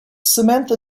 samantha